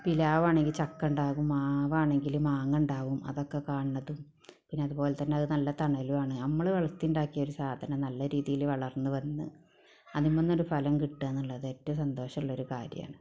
പ്ലാവ് ആണെങ്കിൽ ചക്ക ഉണ്ടാകും മാവാണെങ്കില് മാങ്ങ ഉണ്ടാകും അതൊക്കെ കാണുന്നത് പിന്നെ അതുപോലെ തന്നെ അത് നല്ല തണലുവാണ് നമ്മള് വളർത്തി ഉണ്ടാക്കിയ ഒരു സാധനം നല്ല രീതിയില് വളർന്ന് വന്ന് അതിന്മേൽ നിന്നൊരു ഫലം കിട്ടുക എന്നുള്ളത് ഏറ്റവും സന്തോഷമുള്ള ഒരു കാര്യമാണ്